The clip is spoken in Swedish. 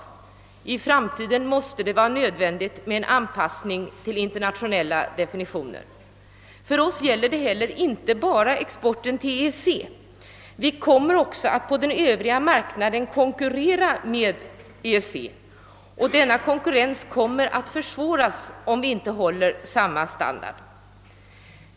I framtiden blir det nödvändigt med en anpassning till internationella definitioner. För oss gäller detta inte bara exporten till EEC, utan vi kommer också på den övriga marknaden att få konkurrera med Gemensamma marknaden, och våra möjligheter kommer att försvåras om vi inte tillämpar samma standardkrav.